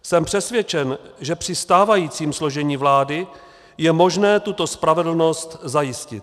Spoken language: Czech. Jsem přesvědčen, že při stávajícím složení vlády je možné tuto spravedlnost zajistit.